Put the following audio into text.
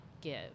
give